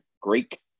Greek